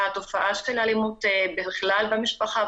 שהתופעה של אלימות בכלל במשפחה,